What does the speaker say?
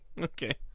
Okay